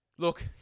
Look